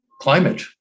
climate